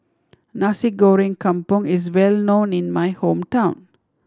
Nasi Goreng Kampung is well known in my hometown